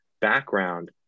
background